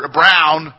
brown